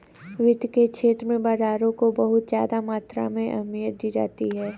वित्त के क्षेत्र में बाजारों को बहुत ज्यादा मात्रा में अहमियत दी जाती रही है